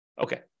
Okay